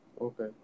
okay